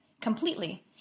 completely